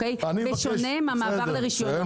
בשונה מהמעבר לרישיונות.